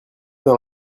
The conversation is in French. dans